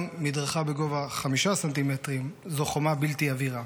גם מדרכה בגובה 5 ס"מ זאת חומה בלתי עבירה.